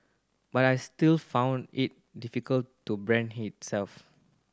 but I still found it difficult to brand itself